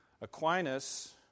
Aquinas